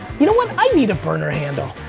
you know what, i need a burner handle.